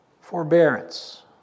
Forbearance